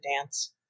dance